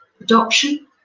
Adoption